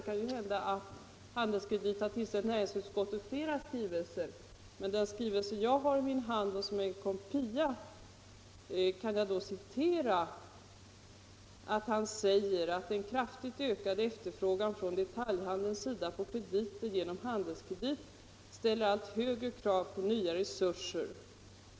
Det kan hända att AB Handelskredit tillställt utskottet flera skrivelser, men ur den kopia av skrivelsen jag har i min hand kan jag citera att han säger: ”Den kraftigt ökade efterfrågan från detaljhandelns sida på krediter genom Handelskredit ställer allt högre krav på nya resurser.